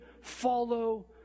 follow